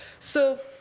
so